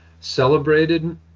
celebrated